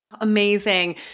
Amazing